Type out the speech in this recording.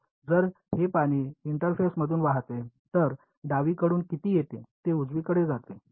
तर जर हे पाणी इंटरफेसमधून वाहते तर डावीकडून किती येते ते उजवीकडे जाते